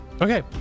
Okay